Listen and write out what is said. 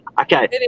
Okay